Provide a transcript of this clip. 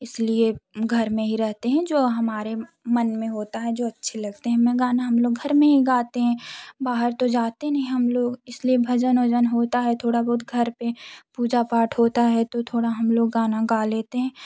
इस लिए घर में ही रहते हैं जो हमारे मन में होता है जो अच्छी लगते हैं हमें गाना हम लोग गाने घर में ही गाते हैं बाहर तो जाते नहीं हम लोग इस लिए भजन उजन होता है थोड़ा बहुत घर पर पूजा पाठ होता है तो थोड़ा हम लोग गाना गा लेते हैं